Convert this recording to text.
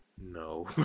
No